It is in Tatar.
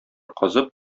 казып